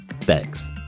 Thanks